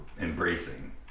embracing